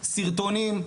סרטונים,